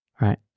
Right